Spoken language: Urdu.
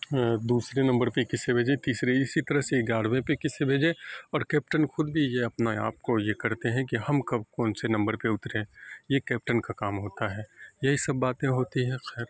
دوسرے نمبر پہ کسے بھیجے تیسرے اسی طرح سے گیارہویں پہ کسے بھیجے اور کیپٹن خود بھی اپنے آپ کو یہ کرتے ہیں کہ ہم کب کون سے نمبر پہ اتریں یہ کیپٹن کا کام ہوتا ہے یہی سب باتیں ہوتی ہیں خیر